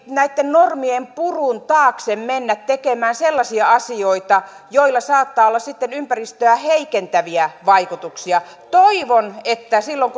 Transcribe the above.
näitten normien purun taakse mene tekemään sellaisia asioita joilla saattaa olla sitten ympäristöä heikentäviä vaikutuksia toivon että silloin